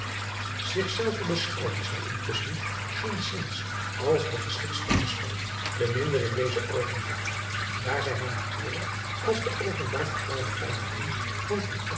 ich zelve beschouwde zij intusschen geenszins als de geschiktste persoon te minder in deze oogenblikken daar zij haar natuurlijk als de driaan oosjes zn et leven van illegonda uisman openbaar verklaarde vijandin van